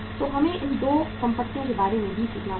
तो हमें इन 2 संपत्तियों के बारे में भी सीखना होगा